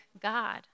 God